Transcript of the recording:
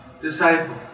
disciple